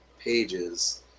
pages